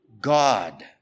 God